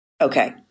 Okay